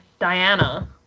diana